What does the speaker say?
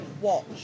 watch